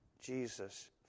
Jesus